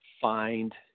find